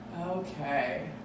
Okay